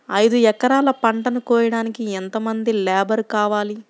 ఐదు ఎకరాల పంటను కోయడానికి యెంత మంది లేబరు కావాలి?